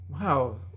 wow